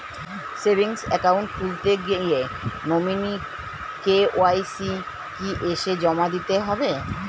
Savings account খুলতে গিয়ে nominee KYC কি এসে জমা দিতে হবে?